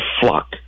flock